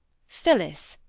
phillis!